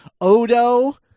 Odo